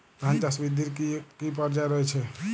ধান চাষ বৃদ্ধির কী কী পর্যায় রয়েছে?